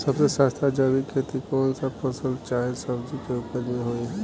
सबसे सस्ता जैविक खेती कौन सा फसल चाहे सब्जी के उपज मे होई?